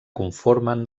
conformen